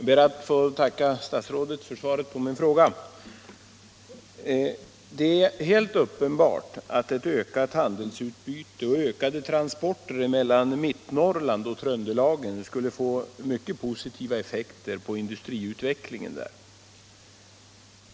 Herr talman! Jag ber att få tacka statsrådet för svaret på min fråga. Det är helt uppenbart att ett ökat handelsutbyte och ökade transporter mellan Mittnorrland och Tröndelagen skulle få mycket positiva effekter på industriutvecklingen där.